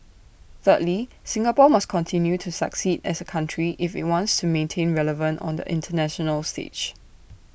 thirdly Singapore must continue to succeed as A country if IT wants to remain relevant on the International stage